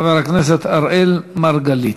חבר הכנסת אראל מרגלית.